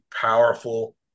powerful